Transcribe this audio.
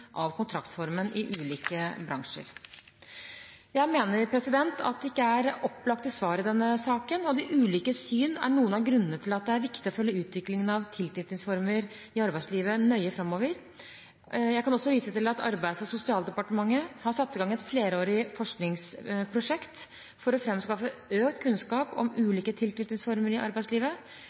av kontraktsformen i ulike bransjer. Jeg mener at det ikke er opplagte svar i denne saken, og de ulike syn er noe av grunnene til at det er viktig å følge utviklingen av tilknytningsformer i arbeidslivet nøye framover. Jeg viser også til at Arbeids- og sosialdepartementet har satt i gang et flerårig forskningsprosjekt for å framskaffe økt kunnskap om ulike tilknytningsformer i arbeidslivet.